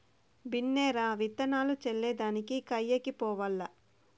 బిన్నే రా, విత్తులు చల్లే దానికి కయ్యకి పోవాల్ల